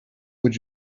would